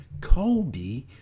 Kobe